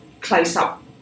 close-up